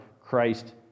Christ